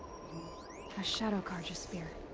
a shadow carja spear. it